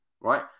Right